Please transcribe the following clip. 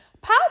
Pow